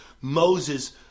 Moses